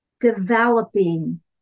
developing